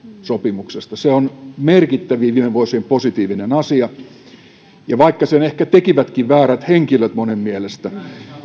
sopimuksesta se on merkittävin viime vuosien positiivinen asia vaikka sen ehkä tekivätkin väärät henkilöt monen mielestä